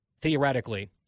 theoretically